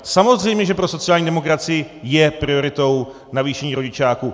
Samozřejmě že pro sociální demokracii je prioritou navýšení rodičáku.